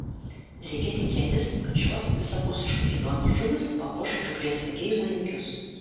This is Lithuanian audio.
reikia tikėtis kad šios visapusiškai įdomios žuvys papuoš žūklės mėgėjų laimikius